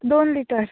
दोन लिटर